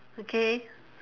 okay